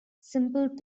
simple